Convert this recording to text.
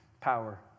power